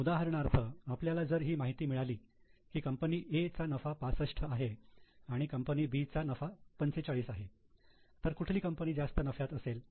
उदाहरणार्थ आपल्याला जर ही माहिती मिळाली की कंपनी A चा नफा 65 आहे आणि कंपनी B चा नफा 45 आहे तर कुठली कंपनी जास्त नफ्यात असेल